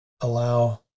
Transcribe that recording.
allow